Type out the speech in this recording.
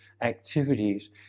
activities